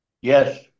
Yes